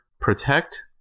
protect